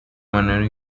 manera